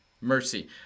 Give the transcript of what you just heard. mercy